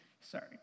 Sorry